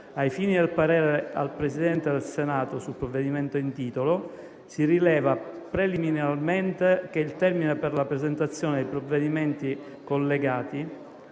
Ai fini del parere al Presidente del Senato sul provvedimento in titolo, si rileva preliminarmente che il termine per 1a presentazione dei provvedimenti collegati